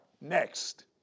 Next